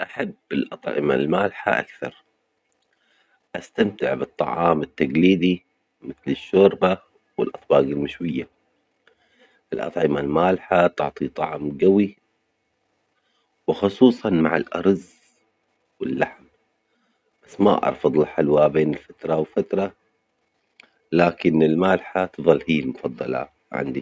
أحب الأطعمة المالحة أكثر، أستمتع بالطعام التقليدي مثل الشوربة والأطباق المشوية، الأطعمة المالحة تعطي طعم قوي وخصوصًا مع الأرز واللحم، بس ما أرفض الحلوى بين فترة و فترة، لكن المالحة تفظل هي المفظلة عندي.